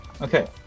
Okay